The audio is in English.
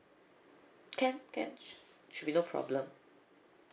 can can should be no problem